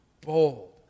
bold